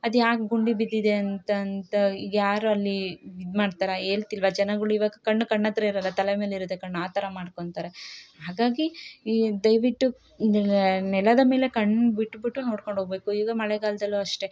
ಅದು ಯಾಕೆ ಗುಂಡಿ ಬಿದ್ದಿದೆ ಅಂತ ಅಂತ ಯಾರು ಅಲ್ಲಿ ಇದ್ಮಾಡ್ತಾರ ಹೇಳ್ತಿಲ್ವ ಜನಗಳ್ ಇವಾಗ ಕಣ್ಣು ಕಣ್ಣು ಹತ್ರ ಇರೋಲ್ಲ ತಲೆ ಮೇಲೆ ಇರುತ್ತೆ ಕಣ್ಣು ಆ ಥರ ಮಾಡ್ಕೊತಾರೆ ಹಾಗಾಗಿ ಈ ದಯವಿಟ್ಟು ನೆಲದ ಮೇಲೆ ಕಣ್ಣು ಬಿಟ್ಟು ಬಿಟ್ಟು ನೋಡ್ಕೊಂಡು ಹೋಗ್ಬೇಕು ಈಗ ಮಳೆಗಾಲ್ದಲ್ಲು ಅಷ್ಟೇ